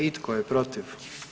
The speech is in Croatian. I tko je protiv?